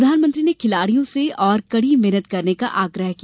प्रधानमंत्री ने खिलाड़ियों से और कड़ी मेहनत करने का आग्रह किया